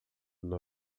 não